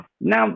Now